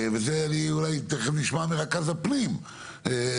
ואת זה אולי תכף נשמע מרכז הפנים שלכם,